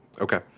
Okay